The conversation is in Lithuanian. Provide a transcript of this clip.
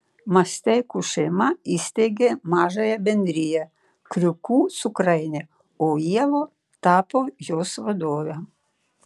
masteikų šeima įsteigė mažąją bendriją kriūkų cukrainė o ieva tapo jos vadove